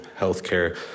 healthcare